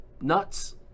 nuts